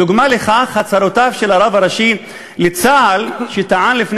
דוגמה לכך: הצהרותיו של הרב הראשי לצה"ל מלפני